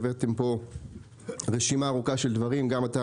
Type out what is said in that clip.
הבאתם לפה רשימה ארוכה מאוד של דברים גם אתה,